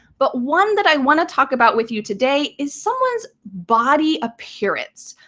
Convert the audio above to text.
but one that i want to talk about with you today is someone's body appearance,